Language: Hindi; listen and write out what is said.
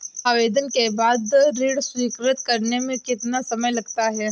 आवेदन के बाद ऋण स्वीकृत करने में कितना समय लगता है?